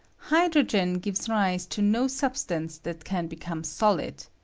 hydrogen gives rise to no substance that can. become solid,